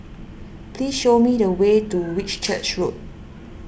please show me the way to Whitchurch Road